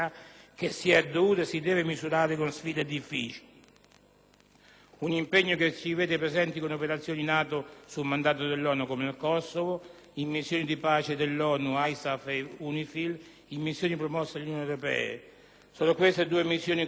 su mandato dell'ONU (come nel Kosovo); in missioni di pace dell'ONU (ISAF, UNIFIL); in missioni promosse dall'Unione europea. Sono queste missioni coerenti con il dettato costituzionale che impone all'Italia i vincoli che ci derivano dalla nostra adesione agli organismi internazionali.